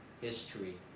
history